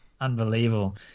Unbelievable